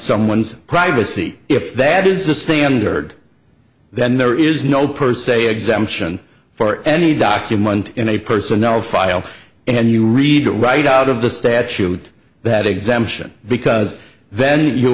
someone's privacy if that is the standard then there is no per se exemption for any document in a personnel file and you read it right out of the statute that exemption because then you